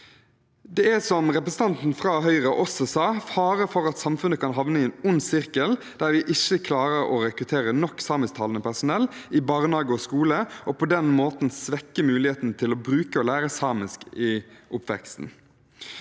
Det er, som representanten fra Høyre også sa, en fare for at samfunnet kan havne i en ond sirkel der vi ikke klarer å rekruttere nok samisktalende personell i barnehage og skole, og på den måten svekker muligheten til å bruke og lære samisk i oppveksten.